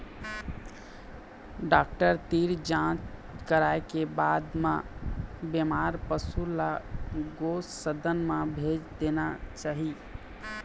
doctor तीर जांच कराए के बाद म बेमार पशु ल गो सदन म भेज देना चाही